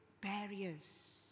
barriers